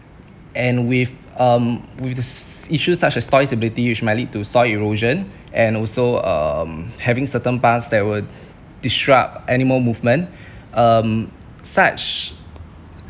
and with um with s~ issues such as soil stability which might lead to soil erosion and also um having certain plants that will disrupt animal movement um such